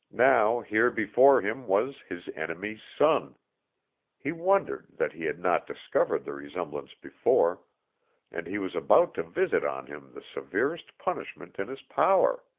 now here before him was his enemy's son he wondered that he had not discovered the resemblance before and he was about to visit on him the severest punishment in his power.